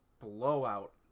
Blowout